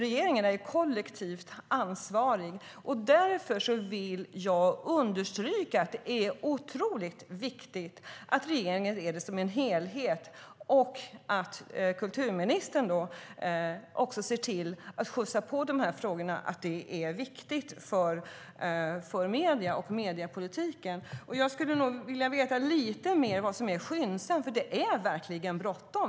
Regeringen är ju kollektivt ansvarig, och därför vill jag understryka att det är otroligt viktigt att regeringen ser dessa frågor som en helhet och att kulturministern också ser till att ge skjuts åt dem - det är viktigt för medierna och mediepolitiken. Jag skulle nog vilja veta lite mer vad som är "skyndsamt", för det är verkligen bråttom.